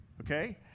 Okay